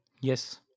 Yes